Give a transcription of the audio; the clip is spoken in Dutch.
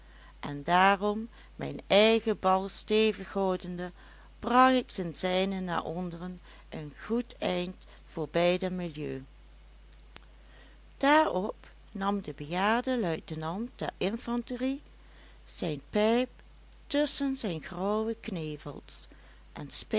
en daarom mijn eigen bal stevig houdende bracht ik den zijnen naar onderen een goed eind voorbij den milieu daarop nam de bejaarde luitenant der infanterie zijn pijp tusschen zijn grauwe knevels en